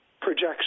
projection